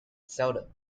seldom